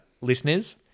listeners